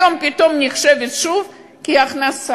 היום פתאום נחשבת שוב כהכנסה.